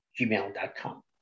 gmail.com